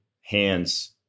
hands